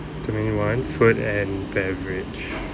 domain one food and beverage